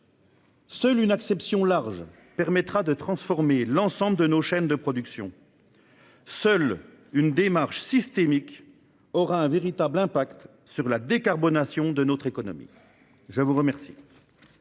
Seule une acception large permettra de transformer l'ensemble de nos chaînes de production. Seule une démarche systémique aura un véritable impact sur la décarbonation de notre économie. La parole